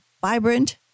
vibrant